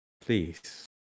Please